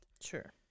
Sure